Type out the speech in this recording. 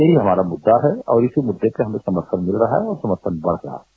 यही हमारा मुद्दा है और इसी मुद्दे पर हमें समर्थन मिल रहा है और समर्थन बढ़ रहा है